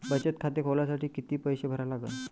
बचत खाते खोलासाठी किती पैसे भरा लागन?